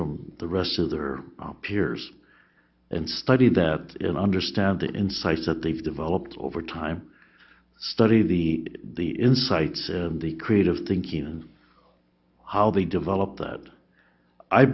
from the rest of their peers and study that and understand the insights that they've developed over time study the the insights of the creative thinking and how they develop that i